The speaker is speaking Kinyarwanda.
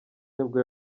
nibwo